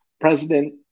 President